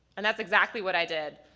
and that's exactly what i did.